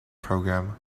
program